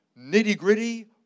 Nitty-gritty